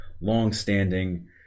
long-standing